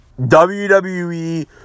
WWE